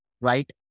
Right